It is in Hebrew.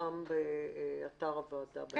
שפורסם באתר הוועדה.